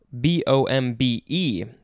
b-o-m-b-e